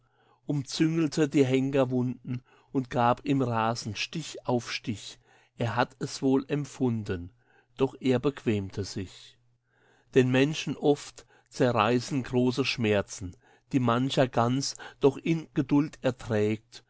umzügelte die henkerwunden und gab ihm rasend stich auf stich er hat es wohl empfunden doch er bequemte sich den menschen oft zerreißen große schmerzen die mancher ganz doch in geduld erträgt